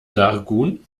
dargun